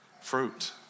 fruit